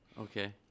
Okay